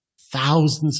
thousands